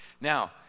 Now